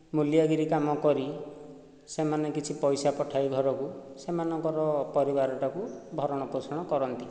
ମୁଲିଆଗିରି କାମ କରି ସେମାନେ କିଛି ପଇସା ପଠାଇ ଘରକୁ ସେମାଙ୍କର ପରିବାରଟାକୁ ଭରଣ ପୋଷଣ କରନ୍ତି